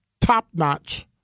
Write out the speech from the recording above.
top-notch